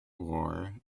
war